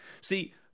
See